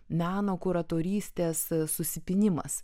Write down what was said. meno kuratorystės susipynimas